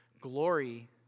Glory